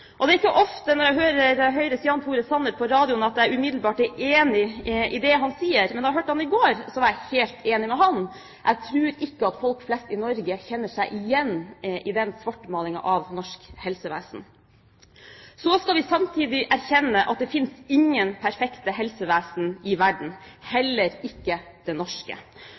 om. Det er ikke ofte når jeg hører Høyres Jan Tore Sanner på radioen, at jeg umiddelbart er enig i det han sier. Men da jeg hørte ham i går, var jeg helt enig med ham. Jeg tror ikke at folk flest i Norge kjenner seg igjen i svartmalingen av norsk helsevesen. Så må vi samtidig erkjenne at det finnes ingen perfekte helsevesen i verden, heller ikke det norske.